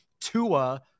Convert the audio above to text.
Tua